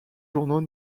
journaux